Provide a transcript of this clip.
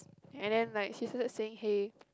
and then like she started saying hey